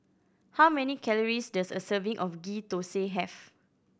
how many calories does a serving of Ghee Thosai have